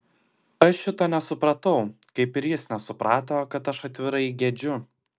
aš šito nesupratau kaip ir jis nesuprato kad aš atvirai gedžiu